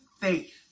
faith